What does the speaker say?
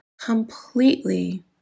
completely